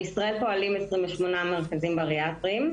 בישראל פועלים 28 מרכזים בריאטריים.